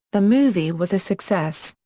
the movie was a success.